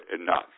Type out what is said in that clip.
enough